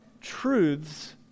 truths